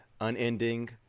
unending